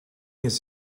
his